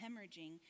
hemorrhaging